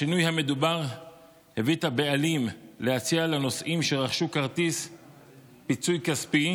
השינוי המדובר הביא את הבעלים להציע לנוסעים שרכשו כרטיס פיצוי כספי,